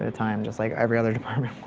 ah time. just like every other department,